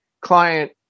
client